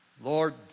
Lord